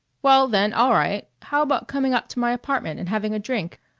well, then, all right how about coming up to my apartment and having a drink?